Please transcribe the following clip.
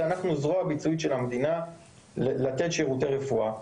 אנחנו זרוע ביצועית של המדינה למתן שירותי רפואה,